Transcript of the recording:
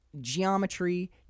geometry